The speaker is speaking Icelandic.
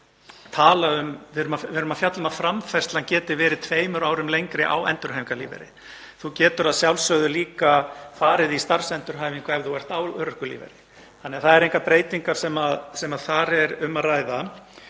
rauninni að fjalla um að framfærslan geti verið tveimur árum lengri á endurhæfingarlífeyri. Þú getur að sjálfsögðu líka farið í starfsendurhæfingu ef þú ert á örorkulífeyri. Þannig að það eru engar breytingar sem þar er um að ræða